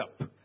up